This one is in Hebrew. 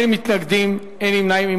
אין מתנגדים, אין נמנעים.